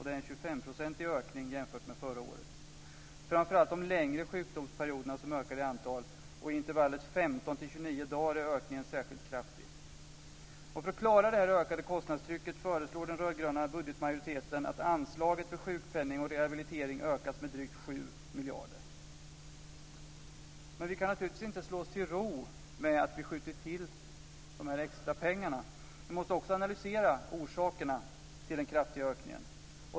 Det är en 25-procentig ökning jämfört med förra året. Det är framför allt de längre sjukdomsperioderna som ökar i antal. I intervallet 15-29 dagar är ökningen särskilt kraftig. För att klara detta ökade kostnadstryck föreslår den rödgröna budgetmajoriteten att anslaget för sjukpenning och rehabilitering ökas med drygt 7 miljarder. Men vi kan naturligtvis inte slå oss till ro med att skjuta till de här extra pengarna. Vi måste också analysera orsakerna till den kraftiga ökningen.